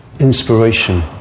Inspiration